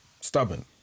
stubborn